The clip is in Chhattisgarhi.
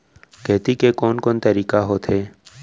खेती के कोन कोन तरीका होथे?